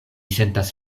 sentas